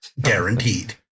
Guaranteed